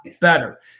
better